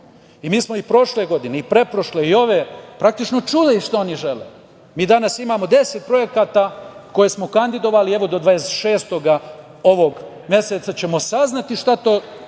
Mi smo i prošle godine, i pretprošle, i ove, praktično čuli šta oni žele. Mi danas imamo 10 projekata koje smo kandidovali i do 26. ovog meseca ćemo saznati šta to